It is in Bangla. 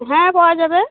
হ্যাঁ পাওয়া যাবে